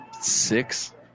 six